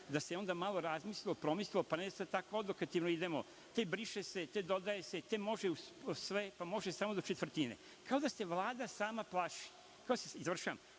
da se malo razmisli, promisli, a ne da tako odokativno idemo, te briše se, te dodaje se, te može sve, pa može samo do četvrtine. Kao da se Vlada sama plaši mogućnosti da